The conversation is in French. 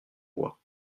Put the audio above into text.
bois